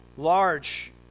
large